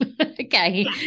Okay